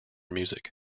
music